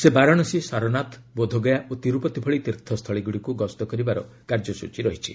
ସେ ବାରାଣସୀ ସାରନାଥ ବୋଧଗୟା ଓ ତିର୍ପତୀ ଭଳି ତୀର୍ଥ ସ୍ଥଳିଗୁଡ଼ିକୁ ଗସ୍ତ କରିବାର କାର୍ଯ୍ୟସ୍ଟଚୀ ରହିଛି